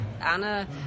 Anna